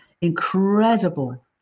incredible